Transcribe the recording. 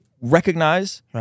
recognize